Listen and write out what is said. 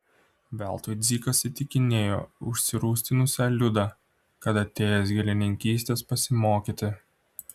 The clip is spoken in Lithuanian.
veltui dzikas įtikinėjo užsirūstinusią liudą kad atėjęs gėlininkystės pasimokyti